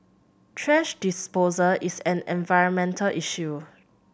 thrash disposal is an environmental issue